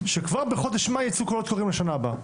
שכבר בחודש מאי ייצאו קולות קוראים לשנה הבאה,